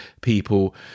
people